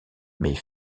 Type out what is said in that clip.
mais